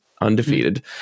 undefeated